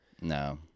No